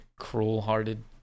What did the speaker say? cruel-hearted